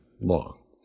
long